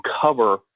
cover